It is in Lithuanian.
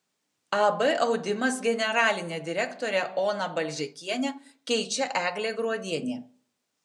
ab audimas generalinę direktorę oną balžekienę keičia eglė gruodienė